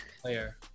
player